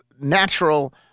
natural